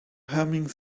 humming